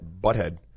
butthead